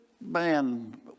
man